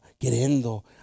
queriendo